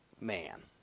man